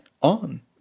on